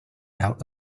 out